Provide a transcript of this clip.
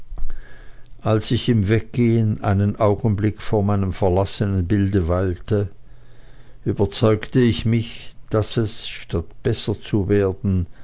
als ich im weggehen einen augenblick vor meinem verlassenen bilde weilte überzeugte ich mich daß es statt besser zu werden